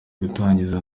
gutangiza